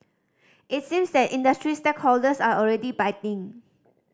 it seems that industry stakeholders are already biting